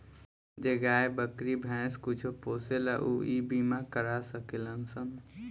जे गाय, बकरी, भैंस कुछो पोसेला ऊ इ बीमा करा सकेलन सन